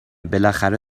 بالاخره